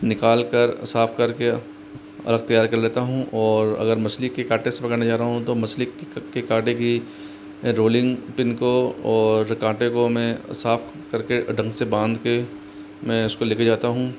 निकाल कर साफ़ करके और तैयार कर लेता हूँ और अगर मछली के काटे से पकड़ने जा रहा हूँ तो मछली के काटे की रोलिंग पिन को और काटे को मैं साफ़ करके ढंग से बांध के मैं उसको लेके जाता हूँ